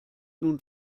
nun